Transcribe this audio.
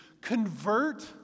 convert